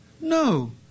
No